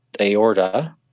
aorta